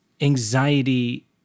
anxiety